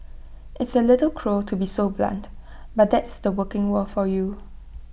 it's A little cruel to be so blunt but that's the working world for you